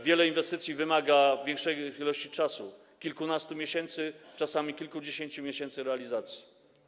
Wiele inwestycji wymaga większej ilości czasu, kilkunastu miesięcy, czasami kilkudziesięciu miesięcy realizacji.